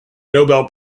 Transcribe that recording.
nobel